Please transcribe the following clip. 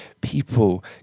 people